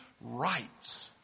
rights